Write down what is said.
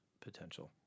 potential